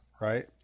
right